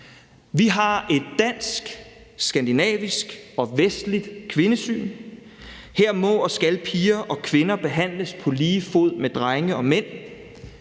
vi har et dansk, skandinavisk og vestligt kvindesyn. Her må og skal piger og kvinder behandles på lige fod med drenge og mænd.